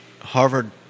Harvard